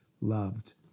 loved